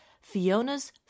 Fiona's